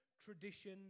Tradition